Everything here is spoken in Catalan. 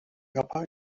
capa